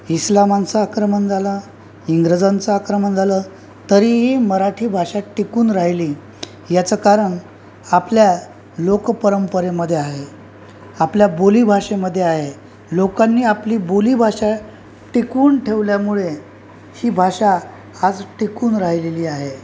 इस्लामांचं आक्रमण झालं इंग्रजांचं आक्रमण झालं तरीही मराठी भाषा टिकून राहिली याचं कारण आपल्या लोक परंपरेमध्ये आहे आपल्या बोलीभाषेमध्ये आ आहे लोकांनी आपली बोली भाषा टिकवून ठेवल्यामुळे ही भाषा आज टिकून राहिलेली आहे